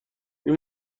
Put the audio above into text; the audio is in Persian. این